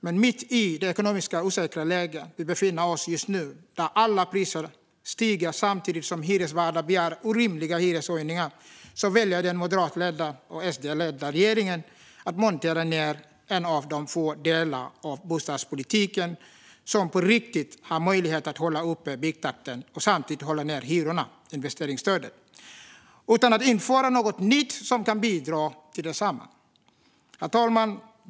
Men mitt i det ekonomiskt osäkra läge vi befinner oss i just nu, där alla priser stiger samtidigt som hyresvärdar begär orimliga hyreshöjningar, väljer den moderatledda och SD-stödda regeringen att montera ned en av de få delar av bostadspolitiken som på riktigt har möjlighet att hålla uppe byggtakten och samtidigt hålla nere hyrorna, nämligen investeringsstödet. Det gör man utan att införa något nytt som kan bidra till detsamma. Herr talman!